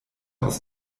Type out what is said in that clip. aus